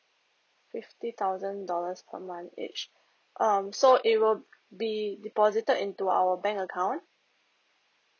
fifty thousand dollars per month each um so it will be deposited into our bank account